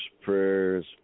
prayers